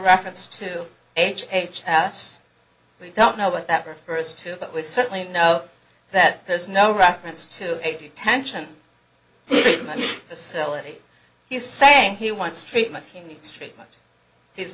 reference to h h s we don't know what that refers to but we certainly know that there's no reference to a detention to sell it he's saying he wants treatment he